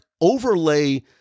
overlay